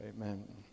amen